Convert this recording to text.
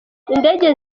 indege